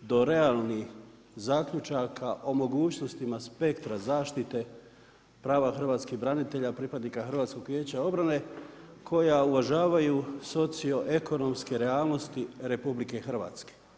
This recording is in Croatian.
do realnih zaključaka o mogućnostima spektra zaštite prava hrvatskih branitelja, pripadnika HVO-a koja uvažavaju socioekonomske realnosti RH.